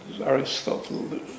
Aristotle